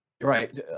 Right